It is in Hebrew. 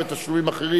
(איסור עקירת ציפורניים),